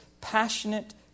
passionate